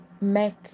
make